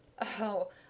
Oh